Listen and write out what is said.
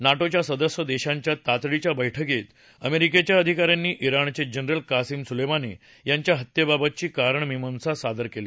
नाटोच्या सदस्य देशांच्या तातडीच्या बैठकीत अमेरिकेच्या अधिका यांनी ित्राणचे जनरल कासिम सुलेमानी यांच्या हत्येबाबतची कारणमिमांसा सादर केली